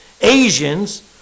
Asians